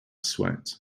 sweat